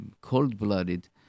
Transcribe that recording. cold-blooded